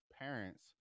parents